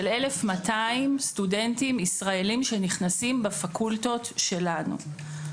1,200 סטודנטים ישראלים שנכנסים בפקולטות שלנו.